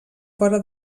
fora